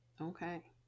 okay